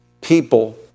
people